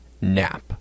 nap